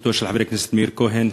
בזכותו של חבר הכנסת מאיר כהן,